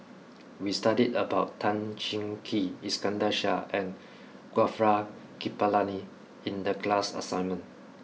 we studied about Tan Cheng Kee Iskandar Shah and Gaurav Kripalani in the class assignment